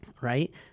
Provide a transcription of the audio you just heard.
right